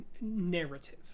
narrative